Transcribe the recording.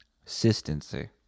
Consistency